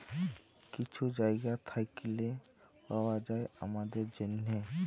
কিছু জায়গা থ্যাইকে পাউয়া যায় আমাদের জ্যনহে